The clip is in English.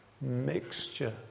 mixture